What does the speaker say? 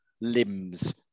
limbs